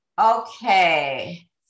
Okay